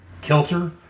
kilter